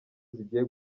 zigiye